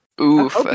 Oof